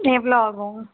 எவ்வளோ ஆகும்